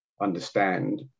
understand